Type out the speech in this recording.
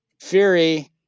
Fury